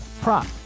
prop